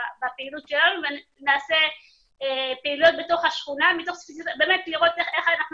בפעילות שלנו ונעשה פעילויות בתוך השכונה מתוך לראות איך באמת אנחנו